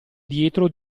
dietro